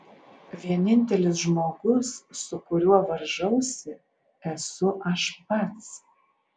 vienintelis žmogus su kuriuo varžausi esu aš pats